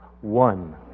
one